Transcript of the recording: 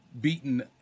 beaten